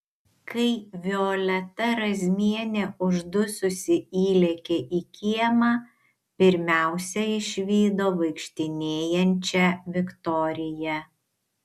kai violeta razmienė uždususi įlėkė į kiemą pirmiausia išvydo vaikštinėjančią viktoriją